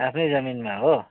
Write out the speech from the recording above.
आफ्नै जमीनमा हो